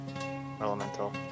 Elemental